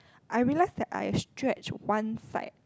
I realise that I stretch one side